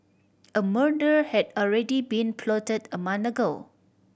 a murder had already been plotted a month ago